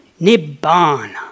Nibbana